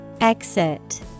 Exit